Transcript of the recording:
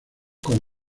con